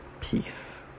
Peace